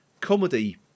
comedy